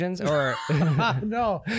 No